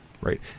right